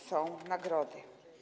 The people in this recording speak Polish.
Są nagrody.